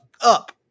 up